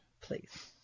please